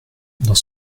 dans